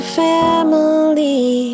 family